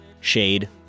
shade